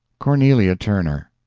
cornelia turner.